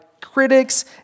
critics